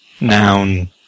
noun